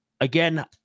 again